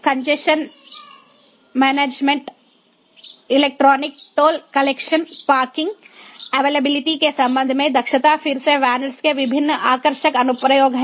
congestion management electronic toll collection parking availability के संबंध में दक्षता फिर से VANETs के विभिन्न आकर्षक अनुप्रयोग हैं